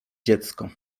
dziecko